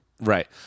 Right